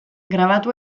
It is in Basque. grabatu